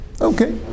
Okay